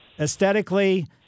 aesthetically